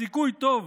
סיכוי טוב